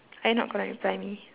are you not gonna reply me